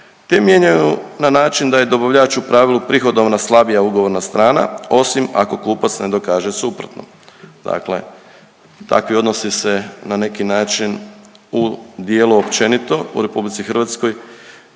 te mijenjaju na način da je dobavljač u pravilu prihodovna slabija ugovorna strana osim ako kupac ne dokaže suprotno, dakle takvi odnosi se na neki način u dijelu općenito u RH propisuju